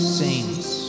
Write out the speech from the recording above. saints